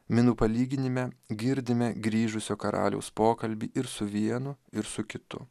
minų palyginime girdime grįžusio karaliaus pokalbį ir su vienu ir su kitu